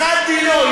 אחת דינו,